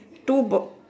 two bo~